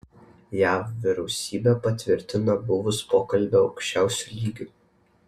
jav vyriausybė patvirtino buvus pokalbio aukščiausiu lygiu